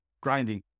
grinding